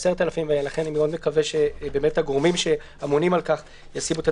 אני מסכים שהחיסונים הם